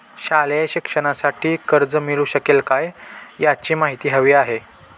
शालेय शिक्षणासाठी कर्ज मिळू शकेल काय? याची माहिती हवी आहे